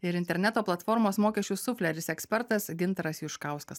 ir interneto platformos mokesčių sufleris ekspertas gintaras juškauskas